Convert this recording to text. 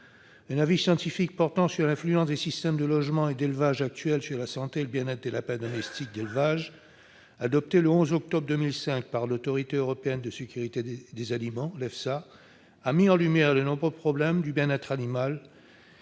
Un avis scientifique portant sur l'influence des systèmes actuels de logement et d'élevage sur la santé et le bien-être des lapins domestiques d'élevage, adopté le 11 octobre 2005 par l'Autorité européenne de sécurité des aliments, l'EFSA, a mis en lumière les nombreux problèmes de bien-être animal